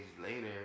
later